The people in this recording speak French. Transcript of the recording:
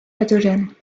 pathogènes